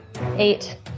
eight